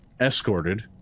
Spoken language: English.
escorted